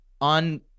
on